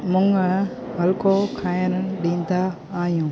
मुङ हलको खाइणु ॾींदा आहियूं